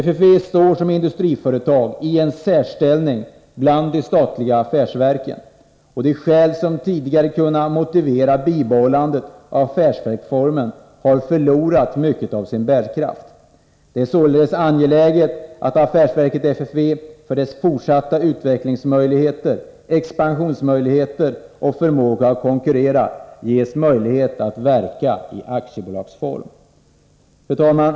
FFV intar som industriföretag en särställning bland de statliga affärsverken, och de skäl som tidigare kunnat motivera ett bibehållande av affärsverksformen har förlorat mycket av sin bärkraft. Det är således angeläget att affärsverket FFV för sina fortsatta utvecklingsmöjligheter, expansionsmöjligheter och förmåga att konkurrera ges möjligheter att verka i aktiebolagsform. Fru talman!